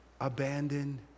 abandoned